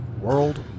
world